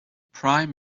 prime